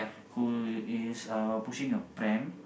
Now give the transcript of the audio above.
who is uh pushing a pram